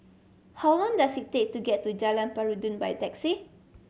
how long does it take to get to Jalan Peradun by taxi